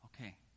okay